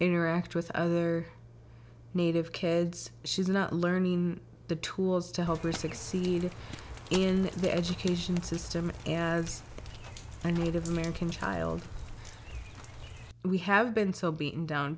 interact with other native kids she's not learning the tools to help her succeed in the education system as a native american child we have been so beaten down